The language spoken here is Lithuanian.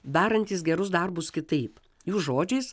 darantys gerus darbus kitaip jų žodžiais